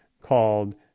called